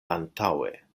antaŭe